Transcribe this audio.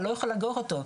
אתה לא יכול לאגור אותו,